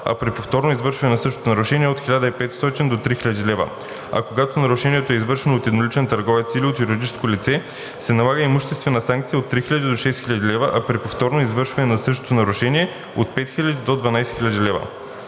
а при повторно извършване на същото нарушение – от 1500 до 3000 лв., а когато нарушението е извършено от едноличен търговец или от юридическо лице се налага имуществена санкция от 3000 до 6000 лв., а при повторно извършване на същото нарушение – от 5000 до 12 000 лв.